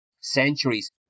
centuries